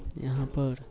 यहाँपर